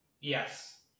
Yes